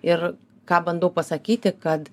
ir ką bandau pasakyti kad